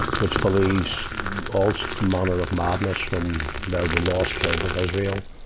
which believes all manner of madness from, their the lost tribe of israel,